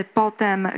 potem